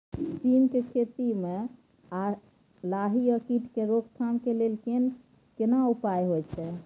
सीम के खेती म लाही आ कीट के रोक थाम के लेल केना उपाय होय छै?